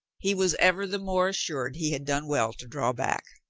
he was ever the more as sured he had done well to draw back.